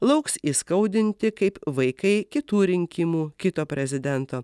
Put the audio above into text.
lauks įskaudinti kaip vaikai kitų rinkimų kito prezidento